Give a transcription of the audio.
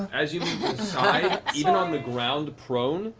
as you even on the ground, prone,